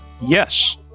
yes